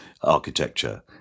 architecture